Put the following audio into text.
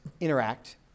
interact